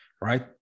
right